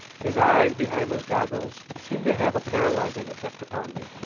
his eyes behind those goggles seemed to have a paralyzing effect upon me.